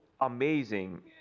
amazing